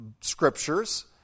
scriptures